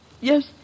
Yes